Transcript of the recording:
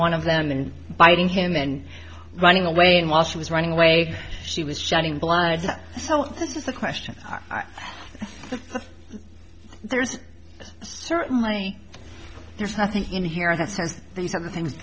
one of them and biting him and running away and while she was running away she was shouting blood so this is a question there's certainly there's nothing in here that says some things